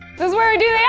this is where we do yeah